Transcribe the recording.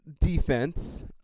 defense